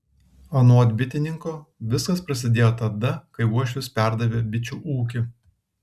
anot bitininko viskas prasidėjo tada kai uošvis perdavė bičių ūkį